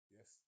Yes